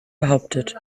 behauptet